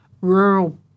rural –